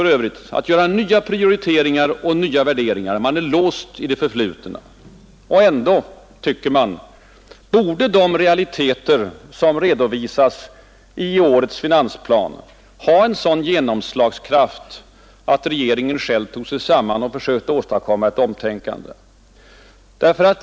Man är låst i det förflutna. Och ändå borde de realiteter som redovisas i årets finansplan ha en sådan genomslagskraft att regeringen tog sig samman och försökte åstadkomma ett omtänkande.